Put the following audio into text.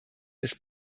ist